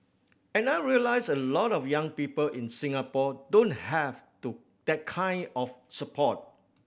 and I realised a lot of young people in Singapore don't have to that kind of support